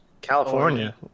california